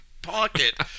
pocket